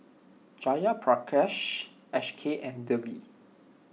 Jayaprakash Akshay and Devi